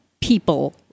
people